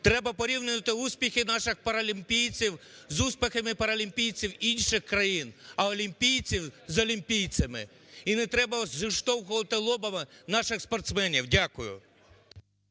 треба порівнювати успіхи наших паралімпійців з успіхами паралімпійців інших країн, а олімпійців – з олімпійцями. І не треба зіштовхувати лобами наших спортсменів. Дякую.